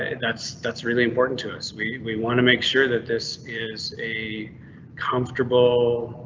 and that's that's really important to us. we want to make sure that this is a comfortable.